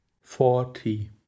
forty